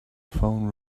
phone